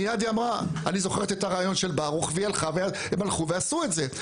מיד היא אמרה אני זוכרת את הריאיון של ברוך והם הלכו ועשו את זה.